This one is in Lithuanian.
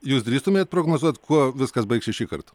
jūs drįstumėt prognozuoti kuo viskas baigsis šįkart